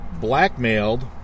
blackmailed